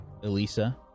Elisa